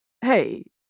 Hey